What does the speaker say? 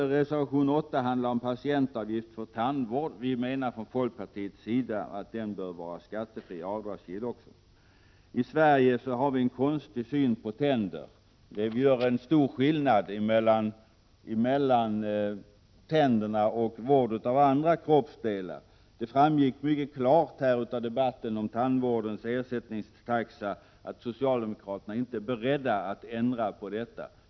Reservation 8 handlar om patientavgift för tandvård. Vi menar från folkpartiets sida att den också bör vara avdragsgill. I Sverige har vi en konstig syn på tänder: Vi gör stor skillnad mellan vård av tänderna och vård av andra kroppsdelar. Det framgick mycket klart av debatten om tandvårdens ersättningstaxa att socialdemokraterna inte är beredda att ändra på detta.